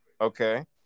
Okay